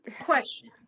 question